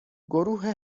گروه